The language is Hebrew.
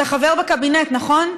אתה בקבינט, נכון?